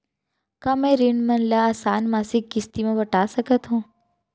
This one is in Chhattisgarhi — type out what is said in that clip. का मैं ऋण मन ल आसान मासिक किस्ती म पटा सकत हो?